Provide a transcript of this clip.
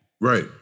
Right